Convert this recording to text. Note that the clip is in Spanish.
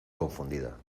confundida